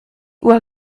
uhr